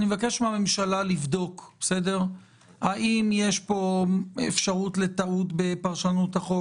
אני מבקש מן הממשלה לבדוק האם יש פה אפשרות לטעות בפרשנות החוק,